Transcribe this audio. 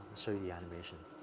so the animation.